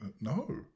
no